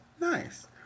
nice